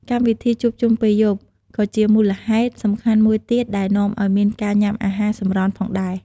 កម្មវិធីជួបជុំពេលយប់ ក៏ជាមូលហេតុសំខាន់មួយទៀតដែលនាំឱ្យមានការញ៉ាំអាហារសម្រន់ផងដែរ។